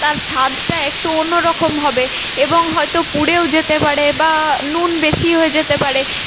তার স্বাদটা একটু অন্য রকম হবে এবং হয়তো পুড়েও যেতে পারে বা নুন বেশি হয়ে যেতে পারে